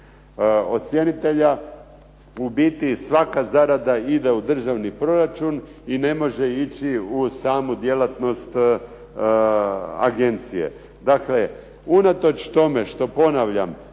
ocjenitelja, u biti svaka zarada ide u državni proračun i ne može ići u samu djelatnost agencije. Dakle, unatoč tome što ponavljam